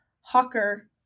hawker